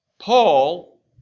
Paul